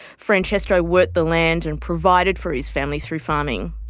francesco worked the land and provided for his family through farming.